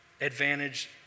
advantage